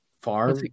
Far